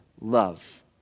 love